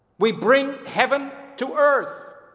we bring heaven to earth